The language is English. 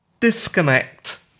Disconnect